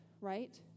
right